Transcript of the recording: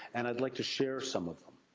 and i'd like to share some of them.